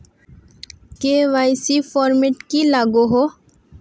KYC format की लागोहो?